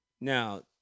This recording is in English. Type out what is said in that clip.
Now